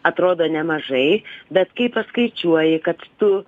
atrodo nemažai bet kai paskaičiuoji kad tu